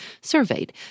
surveyed